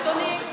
אדוני,